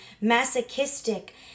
masochistic